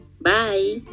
bye